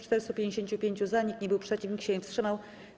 455 - za, nikt nie był przeciw, nikt się nie wstrzymał.